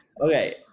Okay